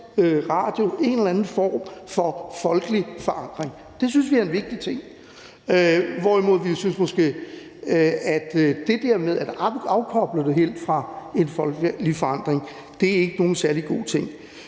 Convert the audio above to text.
DR en eller anden form for folkelig forankring. Det synes vi er en vigtig ting. Derimod synes vi måske, at det der med at afkoble det helt fra en folkelig forankring ikke er nogen særlig god ting.